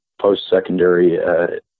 post-secondary